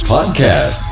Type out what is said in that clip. Podcast